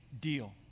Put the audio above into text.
deal